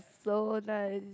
so nice